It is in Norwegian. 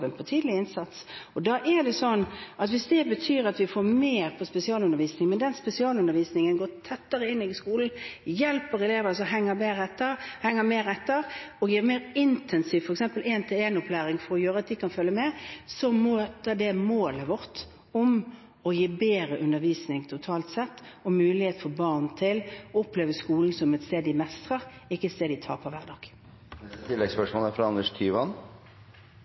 det gjelder tidlig innsats. Hvis det betyr at vi får mer til spesialundervisning, og at den spesialundervisningen går tettere inn i skolen, hjelper elever som henger etter, og gir mer intensiv opplæring, f.eks. en-til-en-opplæring, slik at de kan følge med, er det målet vårt om å gi en bedre undervisning totalt sett og mulighet for barn til å oppleve skolen som et sted hvor de mestrer, ikke et sted hvor de taper hver